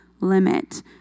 limit